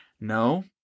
No